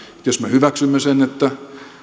jos me hyväksymme sen että